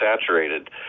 saturated